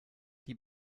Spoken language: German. die